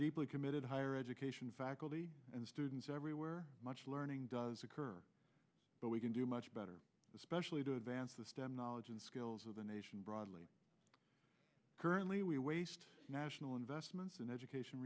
deeply committed higher education faculty and students everywhere much learning does occur but we can do much better especially to advance the stem knowledge and skills of the nation broadly currently we waste national investments in education